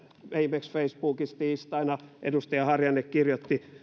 viimeksi facebookissa tiistaina edustaja harjanne kirjoitti teillä